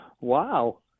Wow